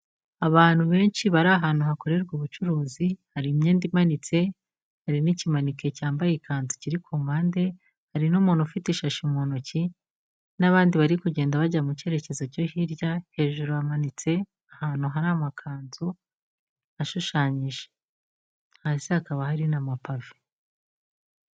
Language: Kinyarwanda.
Abantu benshi bari ahantu hakorerwa ubucuruzi, hari imyenda imanitse hari n'ikimaneke cyambaye ikanzu kiri ku mpande, hari n'umuntu ufite ishashi mu ntoki n'abandi bari kugenda bajya mu cyerekezo cyo hirya, hejuru hamanitse ahantu hari amakanzu ashushanyije hasi hakaba hari n'ama pave.